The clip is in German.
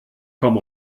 komm